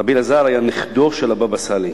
רבי אלעזר היה נכדו של הבבא סאלי,